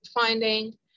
finding